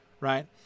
right